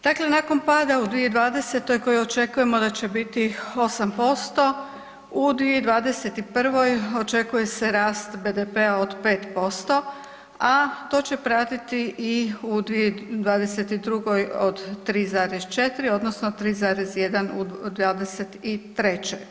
Dakle, nakon pada u 2020. koji očekujemo da će biti 8% u 2021. očekuje se rast BDP-a od 5%, a to će pratiti i u 2022. od 3,4 odnosno 3,1 u 2023.